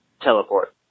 teleport